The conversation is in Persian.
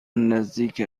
نزدیک